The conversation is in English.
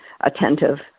attentive